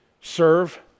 serve